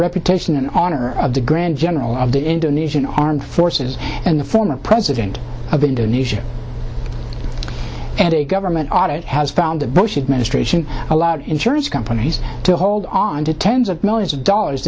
reputation and honor of the grand general of the indonesian armed forces and the former president of indonesia and a government audit has found the bush administration allowed insurance companies to hold on to tens of millions of dollars